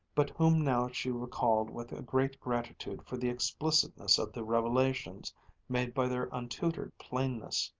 but whom now she recalled with a great gratitude for the explicitness of the revelations made by their untutored plainness.